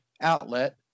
outlet